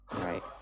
Right